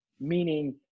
Meaning